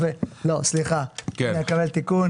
סליחה, קבל תיקון